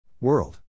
World